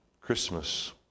Christmas